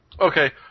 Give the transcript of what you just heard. Okay